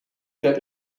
that